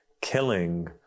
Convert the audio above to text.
killing